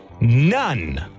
None